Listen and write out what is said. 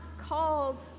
called